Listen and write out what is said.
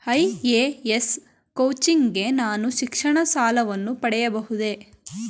IAS coaching ಗೆ ನಾನು ಶಿಕ್ಷಣ ಸಾಲವನ್ನು ಪಡೆಯಬಹುದೇ?